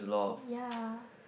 ya